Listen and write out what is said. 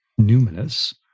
numinous